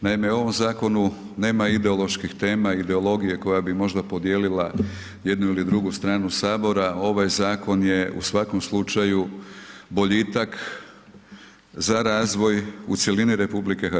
Naime u ovom zakonu nema ideoloških tema, ideologije koja bi možda podijelila jednu ili drugu stranu Sabora, ovaj zakon je u svakom slučaju boljitak za razvoj u cjelini RH.